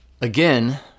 Again